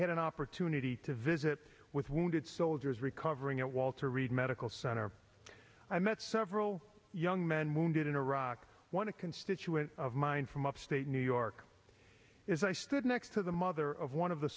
had an opportunity to visit with wounded soldiers recovering at walter reed medical center i met several young men moon did in iraq one a constituent of mine from upstate new york as i stood next to the mother of one of the